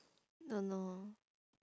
don't know